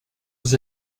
aux